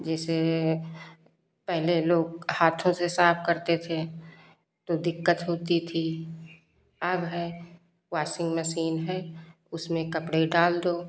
जिसे पहले लोग हाथों से साफ करते थे तो दिक्कत होती थी अब है वाशिंग मशीन है उसमें कपड़े डाल दो